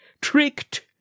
Tricked